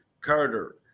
Carter